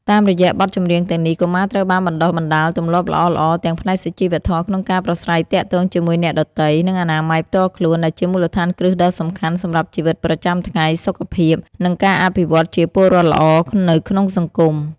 តាមរយៈបទចម្រៀងទាំងនេះ កុមារត្រូវបានបណ្ដុះបណ្ដាលទម្លាប់ល្អៗទាំងផ្នែកសុជីវធម៌ក្នុងការប្រាស្រ័យទាក់ទងជាមួយអ្នកដទៃ និងអនាម័យផ្ទាល់ខ្លួន ដែលជាមូលដ្ឋានគ្រឹះដ៏សំខាន់សម្រាប់ជីវិតប្រចាំថ្ងៃ សុខភាព និងការអភិវឌ្ឍជាពលរដ្ឋល្អនៅក្នុងសង្គម។